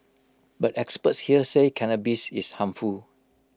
but experts here say cannabis is harmful